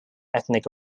ethnic